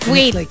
Wait